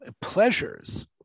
pleasures